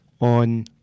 on